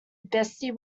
beastie